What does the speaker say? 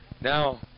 Now